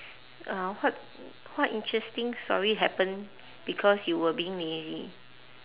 uh what what interesting story happen because you were being lazy